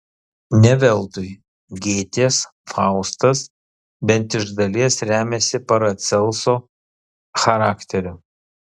ne veltui gėtės faustas bent iš dalies remiasi paracelso charakteriu